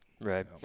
right